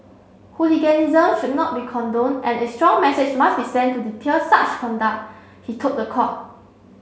hooliganism should not be condoned and it strong message must be sent to deter such conduct he told the court